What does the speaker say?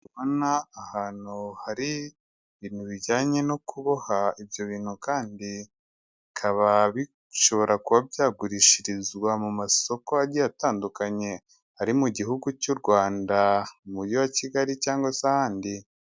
Kubona ahantu hari ibintu bijyanye no kuboha, ibyo bintu kandi bikaba bishobora kuba byagurishirizwa mu masoko agiye atandukanye, ari mu gihugu cy'u Rwanda, mu mujyi wa Kigali cyangwa se ahandi.